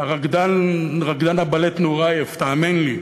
רקדן הבלט נורייב, תאמין לי.